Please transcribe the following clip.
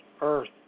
Earth